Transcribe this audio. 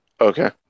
Okay